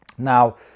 Now